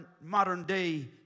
modern-day